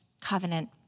covenant